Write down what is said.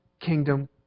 kingdom